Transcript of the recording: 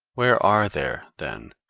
where are there, then,